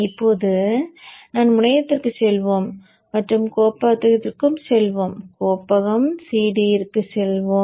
இப்போது நாம் முனையத்திற்கு செல்வோம் மற்றும் கோப்பகத்திற்குச் செல்வோம் கோப்பகம் C d ற்கு செல்வோம்